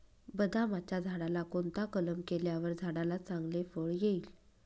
बदामाच्या झाडाला कोणता कलम केल्यावर झाडाला चांगले फळ येईल?